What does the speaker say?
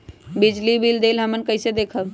बिजली बिल देल हमन कईसे देखब?